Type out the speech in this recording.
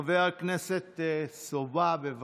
חבר הכנסת סובה, בבקשה.